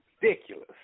ridiculous